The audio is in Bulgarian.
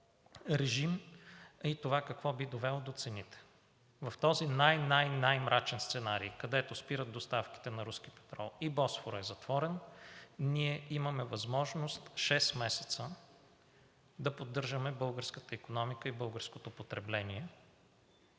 режим и това какво би довело до цените. В този най-, най-мрачен сценарий, където спират доставките на руски петрол и Босфора е затворен, ние имаме възможност шест месеца да поддържаме българската икономика и българското потребление,